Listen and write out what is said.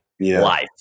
life